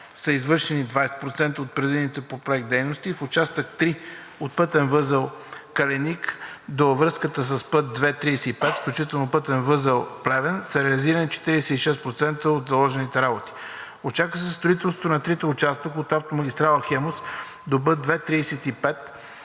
са извършени 20% от предвидените по Проекта дейности, в Участък 3 – от пътен възел „Каленик“ до връзката с път II-35, включително пътен възел – „Плевен“, са реализирани 46% от заложените работи. Очаква се строителството на трите участъка от автомагистрала „Хемус“ до Б-II-35